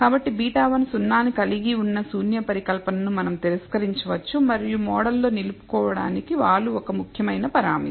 కాబట్టి β1 0 ను కలిగి ఉన్న శూన్య పరికల్పనను మనం తిరస్కరించవచ్చు మరియు మోడల్లో నిలుపుకోవటానికి వాలు ఒక ముఖ్యమైన పరామితి